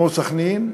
כמו סח'נין,